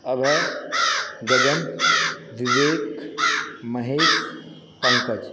Abhay Gagan Vivek Mahesh Pankaj